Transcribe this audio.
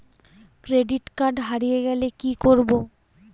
Credit card হারিয়ে গেলে কি করব?